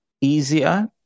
easier